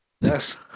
Yes